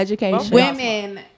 women